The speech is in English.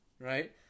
right